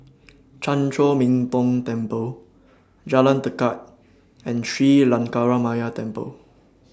Chan Chor Min Tong Temple Jalan Tekad and Sri Lankaramaya Temple